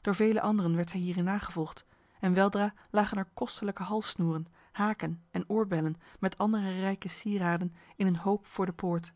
door vele anderen werd zij hierin nagevolgd en weldra lagen er kostelijke halssnoeren haken en oorbellen met andere rijke sieraden in een hoop voor de poort